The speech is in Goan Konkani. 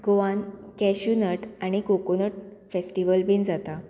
गोवान कॅश्युनट आनी कोकोनट फेस्टिवल बीन जाता